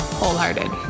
wholehearted